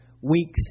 weeks